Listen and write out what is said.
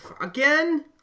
Again